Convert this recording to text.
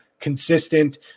Consistent